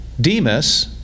Demas